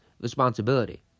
responsibility